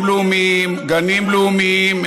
גנים לאומיים,